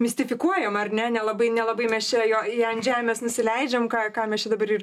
mistifikuojama ar ne nelabai nelabai mes čia jo į ant žemės nusileidžiam ką ką mes čia dabar ir